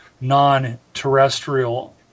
non-terrestrial